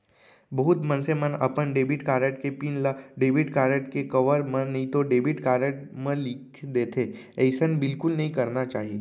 बहुत मनसे मन अपन डेबिट कारड के पिन ल डेबिट कारड के कवर म नइतो डेबिट कारड म लिख देथे, अइसन बिल्कुल नइ करना चाही